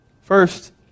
First